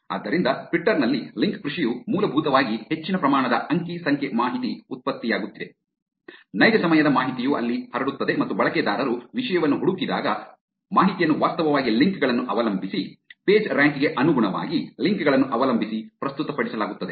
ಆದ್ದರಿಂದ ಟ್ವಿಟ್ಟರ್ ನಲ್ಲಿ ಲಿಂಕ್ ಕೃಷಿಯು ಮೂಲಭೂತವಾಗಿ ಹೆಚ್ಚಿನ ಪ್ರಮಾಣದ ಅಂಕಿ ಸಂಖ್ಯೆ ಮಾಹಿತಿ ಉತ್ಪತ್ತಿಯಾಗುತ್ತಿದೆ ನೈಜ ಸಮಯದ ಮಾಹಿತಿಯು ಅಲ್ಲಿ ಹರಡುತ್ತದೆ ಮತ್ತು ಬಳಕೆದಾರರು ವಿಷಯವನ್ನು ಹುಡುಕಿದಾಗ ಮಾಹಿತಿಯನ್ನು ವಾಸ್ತವವಾಗಿ ಲಿಂಕ್ ಗಳನ್ನು ಅವಲಂಬಿಸಿ ಪೇಜ್ರ್ಯಾಂಕ್ ಗೆ ಅನುಗುಣವಾಗಿ ಲಿಂಕ್ ಗಳನ್ನು ಅವಲಂಬಿಸಿ ಪ್ರಸ್ತುತಪಡಿಸಲಾಗುತ್ತದೆ